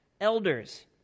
elders